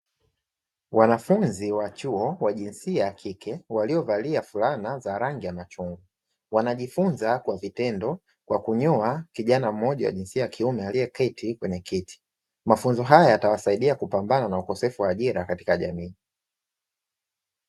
Wanafunzi wa chuo wa jinsia ya kike waliovalia fulana za rangi ya machungwa, wanajifunza kwa vitendo kwa kunyoa kijana mmoja wa jinsia ya kiume aliyeketi kwenye kiti. Mafunzo haya yatawasaidia kupambana na ukosefu wa ajira katika jamii.